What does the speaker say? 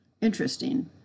Interesting